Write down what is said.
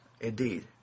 Indeed